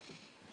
תוספת תקציבית,